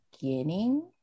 beginning